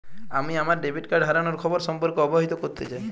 আমি আমার debit card হারানোর খবর সম্পর্কে অবহিত করতে চাই